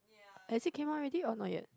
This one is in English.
has it came out ready or not yet